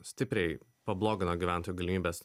stipriai pablogina gyventojų galimybes